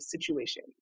situation